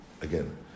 Again